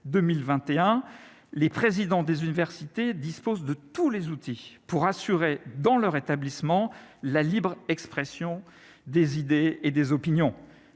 2021, les présidents des universités disposent de tous les outils pour assurer dans leur établissement la libre expression des idées et des opinions,